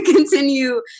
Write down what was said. Continue